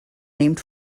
named